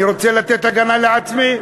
אני רוצה לתת הגנה לעצמי.